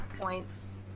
points